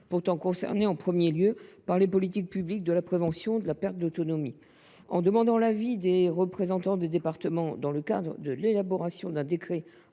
pourtant concernés au premier chef par les politiques publiques de la prévention de la perte d’autonomie. En demandant l’avis des représentants des départements dans le cadre de l’élaboration d’un décret